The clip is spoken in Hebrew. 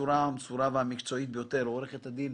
בצורה מסורה ומקצועית ביותר לעורכת הדין